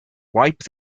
wipe